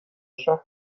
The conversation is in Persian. شهر